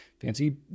fancy